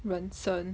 人生